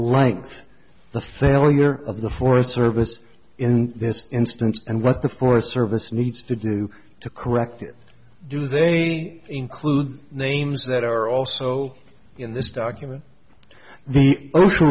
like the failure of the forest service in this instance and what the forest service needs to do to correct it do they include names that are also in this document the ocean